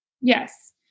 Yes